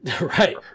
Right